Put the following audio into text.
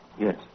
Yes